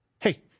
Hey